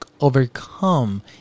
overcome